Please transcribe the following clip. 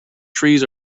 trees